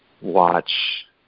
watch